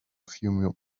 few